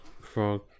frog